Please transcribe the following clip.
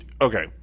okay